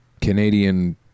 Canadian